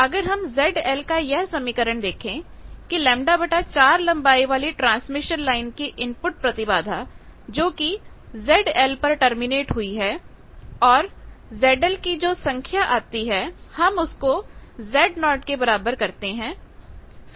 अगर हम ZL का यह समीकरण देखें कि λ4 लंबाई वाली ट्रांसमिशन लाइन की इनपुट प्रतिबाधा जो कि ZL पर टर्मिनेट हुई है और ZL कि जो संख्या आती है हम उसको Zo के बराबर करते हैं